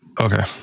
Okay